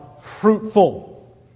fruitful